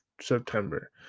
September